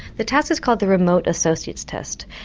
the task was called the remote associate's test,